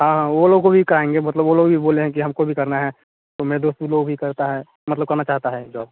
हाँ हाँ वो लोग को भी कराएँगे मतलब वो लोग भी बोले हैं कि हमको भी करना है तो मेरे दोस्त लोग भी करता है मतलब करना चाहता है जॉब